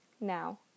Now